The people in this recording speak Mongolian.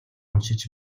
уншиж